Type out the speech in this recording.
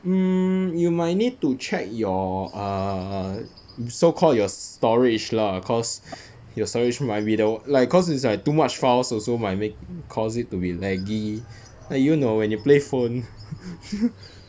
hmm you might need to check your err so called your storage lah cause your storage might be the on~ like cause it's like too much files also might ma~ cause it to be laggy like you know when you play phone